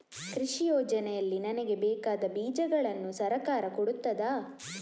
ಕೃಷಿ ಯೋಜನೆಯಲ್ಲಿ ನನಗೆ ಬೇಕಾದ ಬೀಜಗಳನ್ನು ಸರಕಾರ ಕೊಡುತ್ತದಾ?